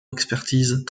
d’expertise